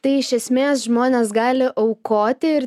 tai iš esmės žmonės gali aukoti ir